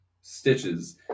stitches